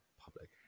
public